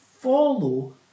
follow